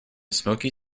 smoky